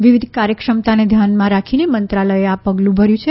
વિવિધ કાર્યક્ષમતાને ધ્યાનમાં રાખીને મંત્રાલયે આ પગલું ભર્યું છે